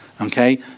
Okay